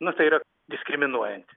nu tai yra diskriminuojanti